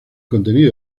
contenido